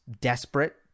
desperate